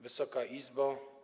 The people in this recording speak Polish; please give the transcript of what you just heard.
Wysoka Izbo!